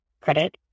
credit